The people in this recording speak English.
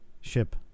ship